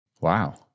wow